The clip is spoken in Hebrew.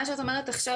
מה שאת אומרת עכשיו,